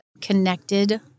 connected